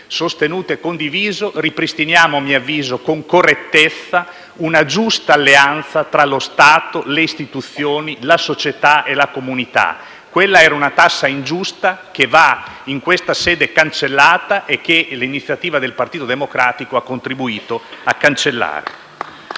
sostenuto e condiviso, ripristiniamo, a mio avviso con correttezza, una giusta alleanza tra lo Stato, le istituzioni, la società e la comunità. Quella era una tassa ingiusta, che in questa sede deve essere cancellata e che l'iniziativa del Partito Democratico ha contribuito a cancellare.